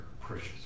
precious